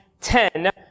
ten